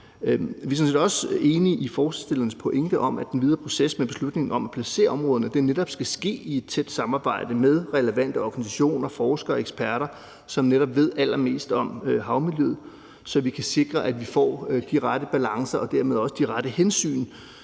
Vi er sådan set også enig i forslagsstillernes pointe om, at den videre proces med beslutningen om at placere områderne netop skal foregå i et tæt samarbejde med relevante organisationer, forskere og eksperter, som netop ved allermest om havmiljøet, så vi kan sikre, at vi får de rette balancer og dermed også de rette hensyn,